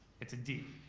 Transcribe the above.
it's a d.